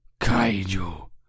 Kaiju